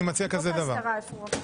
אני מציע כזה דבר --- חוק ההסדרה איפה עבר?